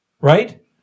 Right